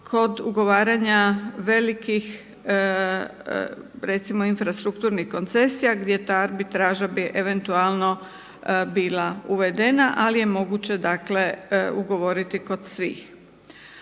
kod ugovaranja velikih recimo infrastrukturnih koncesija gdje ta arbitraža bi eventualno bila uvedena ali je moguće dakle ugovoriti kod svih.